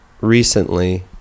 recently